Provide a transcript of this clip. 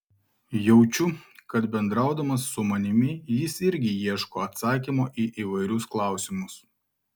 jaučiau kad bendraudamas su manimi jis irgi ieško atsakymo į įvairius klausimus